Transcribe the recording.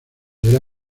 era